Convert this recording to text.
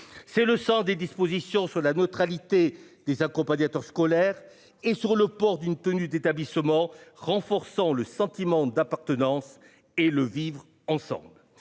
C'est le sens des dispositions sur la neutralité des accompagnateurs scolaires et sur le port d'une tenue d'établissement, renforçant le sentiment d'appartenance et le vivre ensemble.